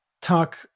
talk